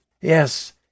yes